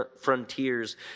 frontiers